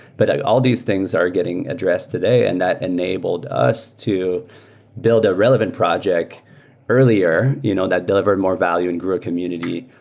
but all these things are getting addressed today and that enabled us to build a relevant project earlier you know that delivered more value and grew a community,